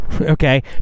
okay